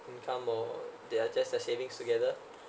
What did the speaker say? income more they are just a savings together